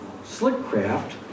Slickcraft